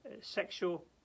sexual